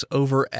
over